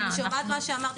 אני שומעת מה שאמרת,